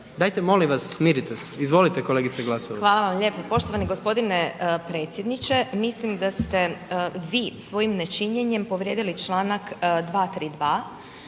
Dajte molim vas smirite se. Izvolite kolegice Glasovac. **Glasovac, Sabina (SDP)** Hvala vam lijepo. Poštovani gospodine predsjedniče, mislim da ste vi svojim nečinjenjem povrijedili članak 232.